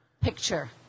picture